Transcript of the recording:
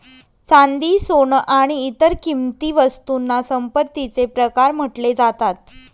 चांदी, सोन आणि इतर किंमती वस्तूंना संपत्तीचे प्रकार म्हटले जातात